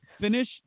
finish